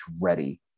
ready